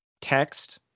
text